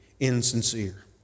Insincere